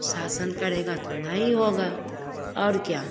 सासन करेगा तो नई होगा और क्या